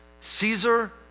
Caesar